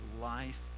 life